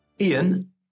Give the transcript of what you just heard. Ian